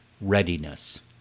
readiness